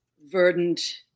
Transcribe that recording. verdant